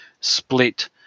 split